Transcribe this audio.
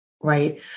right